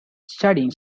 studying